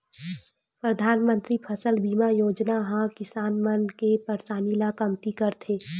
परधानमंतरी फसल बीमा योजना ह किसान मन के परसानी ल कमती करथे